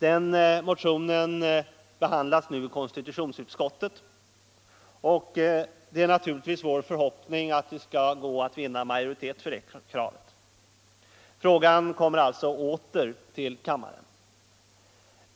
Den motionen behandlas nu av konstitutionsutskottet, och det är naturligtvis vår förhoppning att det skall gå att vinna en majoritet för det kravet. Frågan kommer alltså åter till kammaren.